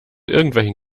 irgendwelchen